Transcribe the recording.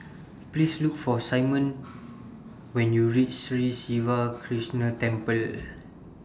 Please Look For Symone when YOU REACH Sri Siva Krishna Temple